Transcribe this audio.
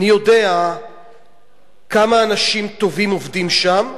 אני יודע כמה אנשים טובים עובדים שם,